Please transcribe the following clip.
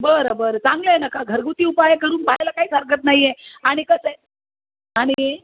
बरं बरं चांगलं आहे ना का घरगुती उपाय करून पहायला काही हरकत नाही आहे आणि कसं आहे आणि